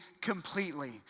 completely